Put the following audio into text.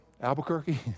Albuquerque